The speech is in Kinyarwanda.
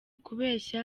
kubeshya